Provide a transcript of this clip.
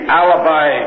alibi